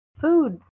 food